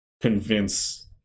convince